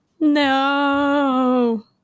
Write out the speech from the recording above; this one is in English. No